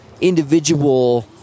individual